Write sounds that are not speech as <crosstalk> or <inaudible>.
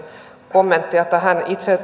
kommentteja itse <unintelligible>